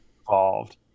involved